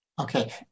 Okay